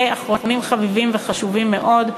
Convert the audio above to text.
ואחרונים חביבים וחשובים מאוד,